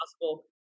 possible